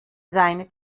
seine